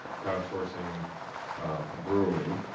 crowdsourcing a brewery.